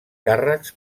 càrrecs